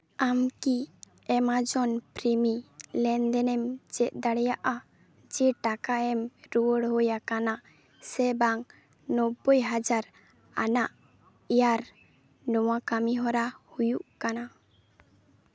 ᱟᱢ ᱠᱤ Amazon Prime ᱞᱮᱱᱫᱮᱱᱮᱢ ᱪᱮᱫ ᱫᱟᱲᱮᱭᱟᱜᱼᱟ ᱡᱮ ᱴᱟᱠᱟ ᱮᱢ ᱨᱩᱣᱟᱹᱲ ᱦᱩᱭ ᱟᱠᱟᱱᱟ ᱥᱮ ᱵᱟᱝ ᱱᱚᱵᱵᱳᱭ ᱦᱟᱡᱟᱨ ᱟᱱᱟᱜ ᱤᱭᱟᱨ ᱱᱚᱣᱟ ᱠᱟᱹᱢᱤᱦᱚᱨᱟ ᱦᱩᱭᱩᱜ ᱠᱟᱱᱟ